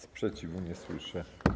Sprzeciwu nie słyszę.